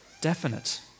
definite